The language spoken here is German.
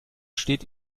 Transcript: steht